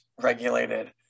regulated